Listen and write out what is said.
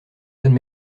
bonne